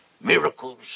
miracles